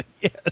yes